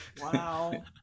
Wow